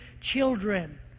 children